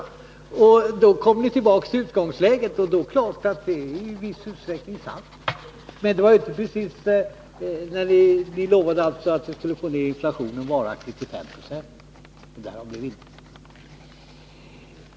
Och då kom ni tillbaka till utgångsläget. Det är klart att det är i viss utsträckning sant som Gösta Bohman säger. Ni lovade alltså att ni skulle få ner inflationen varaktigt till 5 20, och därav blev intet.